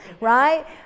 Right